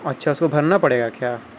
اچھا اس کو بھرنا پڑے گا کیا